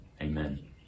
Amen